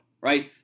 right